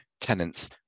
tenants